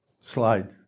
slide